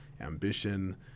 ambition